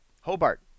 Hobart